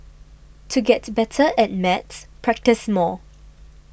to get better at maths practise more